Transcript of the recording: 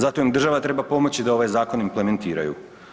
Zato im država treba pomoći da ovaj zakon implementiraju.